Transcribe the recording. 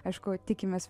aišku tikimės